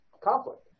conflict